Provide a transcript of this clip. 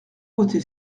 voter